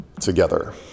together